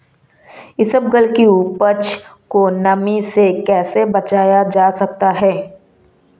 इसबगोल की उपज को नमी से कैसे बचाया जा सकता है?